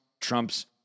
Trump's